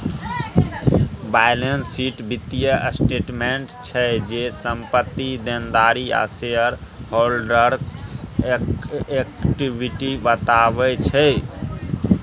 balance sheet बित्तीय statement छै जे, संपत्ति, देनदारी आ शेयर हॉल्डरक इक्विटी बताबै छै